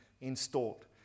installed